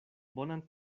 bonan